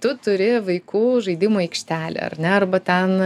tu turi vaikų žaidimų aikštelę ar ne arba ten